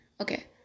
Okay